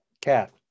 Cat